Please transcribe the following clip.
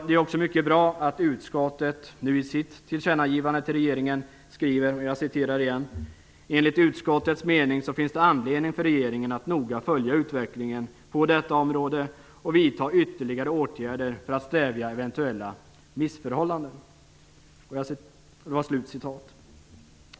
Det är också mycket bra att utskottet nu i sitt tillkännagivande till regeringen skriver:"Enligt utskottets mening finns det anledning för regeringen att noga följa utvecklingen på detta område och vidta ytterligare åtgärder för att stävja eventuella missförhållanden."